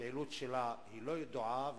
הפעילות שלה לא ידועה,